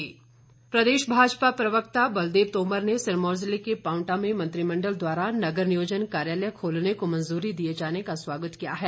बलदेव तोमर प्रदेश भाजपा प्रवक्ता बलदेव तोमर ने सिरमौर ज़िले के पांवटा में मंत्रिमंडल द्वारा नगर नियोजन कार्यालय खोलने को मंजूरी दिए जाने का स्वागत किया है